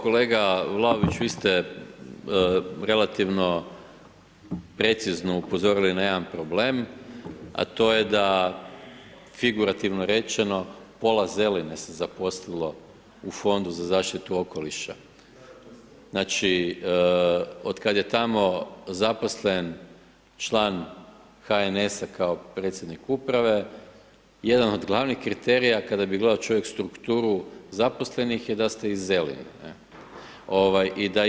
Kolega Vlaović, vi ste relativno precizno upozorili na jedan problem, a to je da, figurativno rečeno, pola Zeline se zaposlilo u Fondu za zaštitu okoliša, znači, od kad je tamo zaposlen član HNS-a kao predsjednik Uprave, jedan od glavnih kriterija, kada bi gledao čovjek strukturu zaposlenih, je da ste iz Zeline, ne.